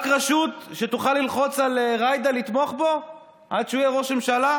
רק רשות שתוכל ללחוץ על ג'ידא לתמוך בו עד שהוא יהיה ראש ממשלה?